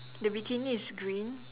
the bikini is green